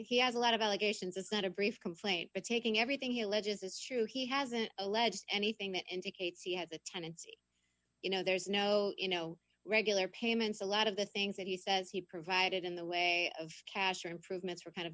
he has a lot of allegations it's not a brief complaint by taking everything he alleges it's true he hasn't alleged anything that indicates he has a tendency you know there's no you know regular payments a lot of the things that he says he provided in the way of cash or improvements are kind of